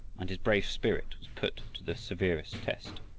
and his brave spirit was put to the severest test.